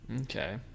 Okay